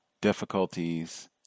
difficulties